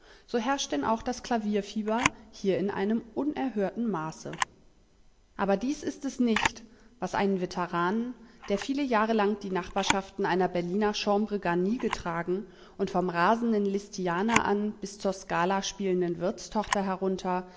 so herrscht denn auch das klavierfieber hier in einem unerhörten maße aber dies ist es nicht was einen veteranen der viele jahre lang die nachbarschaften einer berliner chambre garnie getragen und vom rasenden lisztianer an bis zur skala spielenden wirtstochter herunter